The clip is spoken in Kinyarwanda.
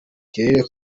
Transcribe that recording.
kirere